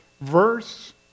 verse